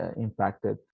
impacted